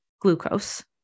glucose